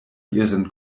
ihren